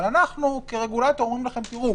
אבל אנחנו כרגולטור אומרים לכם שהוא